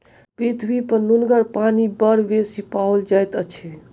पृथ्वीपर नुनगर पानि बड़ बेसी पाओल जाइत अछि